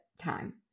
time